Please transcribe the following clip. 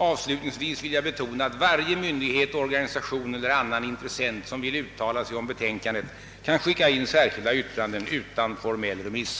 Avslutningsvis vill jag betona att varje myndighet, organisation elier annan intressent som vill uttala sig om betänkandet kan skicka in särskilda yttranden utan formell remiss.